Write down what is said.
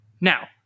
Now